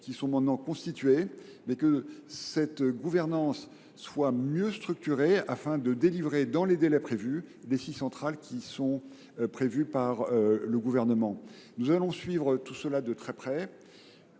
sont maintenant constituées. Il faut que cette gouvernance soit mieux structurée afin de livrer dans les délais prévus les six centrales voulues par le Gouvernement. Nous allons suivre tout cela de très près.